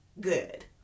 Good